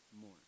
more